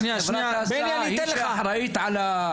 חברת ההסעה היא זו שאחראית על המלוות.